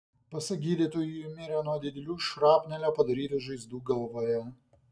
pasak gydytojų ji mirė nuo didelių šrapnelio padarytų žaizdų galvoje